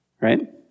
right